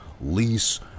lease